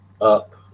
up